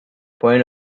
point